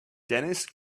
dennis